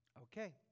Okay